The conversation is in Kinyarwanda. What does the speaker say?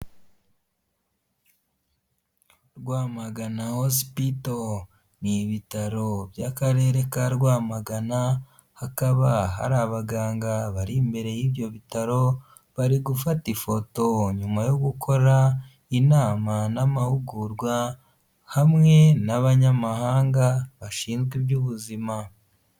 Rwamagana Hospital, ni ibitaro by'Akarere ka Rwamagana, hakaba hari abaganga bari imbere y'ibyo bitaro, bari gufata ifoto nyuma yo gukora inama n'amahugurwa, hamwe n'abanyamahanga bashinzwe iby'ubuzima.